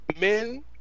Men